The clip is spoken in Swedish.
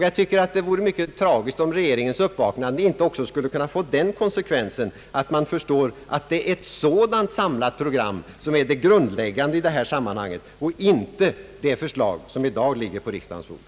Jag tycker att det vore mycket tragiskt om regeringens uppvaknande inte också skulle kunna få den konsekvensen att den förstår att ett sådant samlat program är det grundläggande i detta sammanhang, inte det förslag som i dag ligger på riksdagens bord.